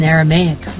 Aramaic